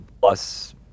plus